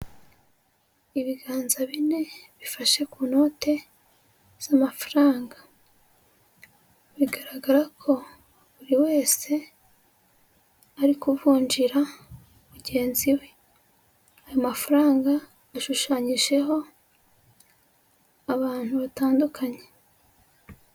Ibiganza bine bifashe ku note z'amafaranga. Bigaragara ko buri wese ari kuvunjira mugenzi we. Amafaranga ashushanyijeho abantu batandukanye.